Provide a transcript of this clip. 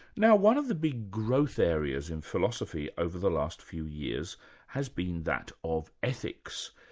now one of the big growth areas in philosophy over the last few years has been that of ethics.